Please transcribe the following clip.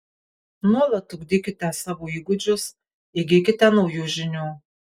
nuolat ugdykite savo įgūdžius įgykite naujų žinių